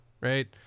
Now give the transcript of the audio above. right